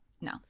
No